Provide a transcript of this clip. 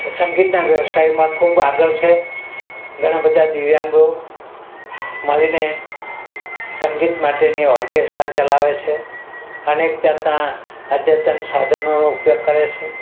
સંગીતના વ્યવસાયમાં ખૂબ આગળ છે ઘણા બધા દિવ્યાંગો મળીને સંગીત માટેની ઓરકેસ્ટા ચલાવે છે અનેક જાતનાં અદ્યતન સાધનોનું ઉપયોગ કરે છે